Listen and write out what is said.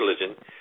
religion